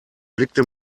blickte